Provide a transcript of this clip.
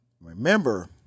remember